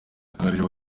yatangarije